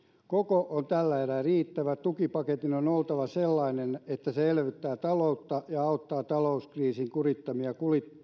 koko on tällä erää riittävä tukipaketin on oltava sellainen että se elvyttää taloutta ja auttaa talouskriisin kurittamia